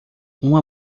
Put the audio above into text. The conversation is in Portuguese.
uma